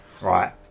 right